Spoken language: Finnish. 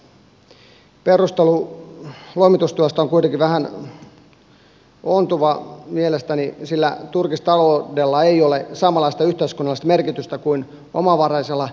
perustelu lomitustuesta on kuitenkin vähän ontuva mielestäni sillä turkistaloudella ei ole samanlaista yhteiskunnallista merkitystä kuin omavaraisella elintarviketuotannolla